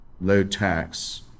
low-tax